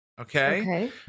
Okay